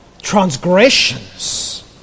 Transgressions